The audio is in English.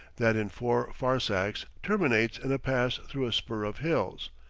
that in four farsakhs terminates in a pass through a spur of hills.